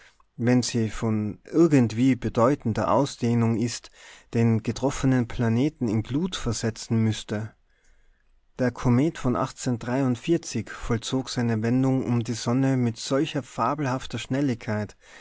wenn sie von irgendwie bedeutender ausdehnung ist den getroffenen planeten in glut versetzen müßte der komet von vollzog seine wendung um die sonne mit solch fabelhafter schnelligkeit